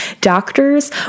doctors